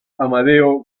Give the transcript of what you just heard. amadeo